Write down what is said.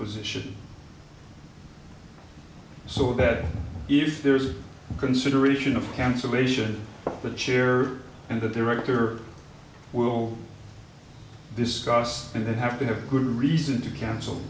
position so that if there's consideration of cancellation the chair and the director will discuss and that have to have good reason to cancel